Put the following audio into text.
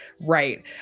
Right